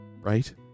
right